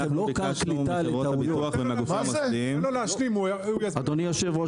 אנחנו ביקשנו מחברות הביטוח --- אדוני היו"ר,